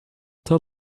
tell